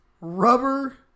rubber